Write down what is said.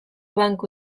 banku